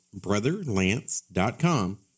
BrotherLance.com